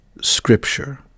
scripture